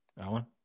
Alan